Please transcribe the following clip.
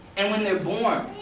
and when they are born,